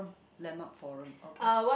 landmark forum okay